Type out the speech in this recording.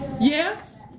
yes